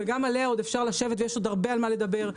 וגם עליה עוד אפשר לשבת ויש עוד הרבה על מה לדבר,